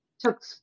took